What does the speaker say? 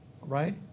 right